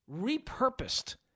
repurposed